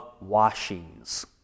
washings